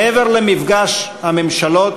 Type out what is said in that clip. מעבר למפגשי הממשלות,